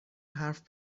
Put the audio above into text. حرف